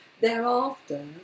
Thereafter